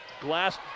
glass